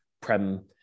prem